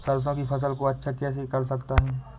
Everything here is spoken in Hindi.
सरसो की फसल को अच्छा कैसे कर सकता हूँ?